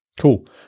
Cool